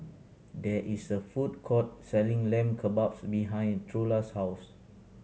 there is a food court selling Lamb Kebabs behind Trula's house